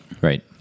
Right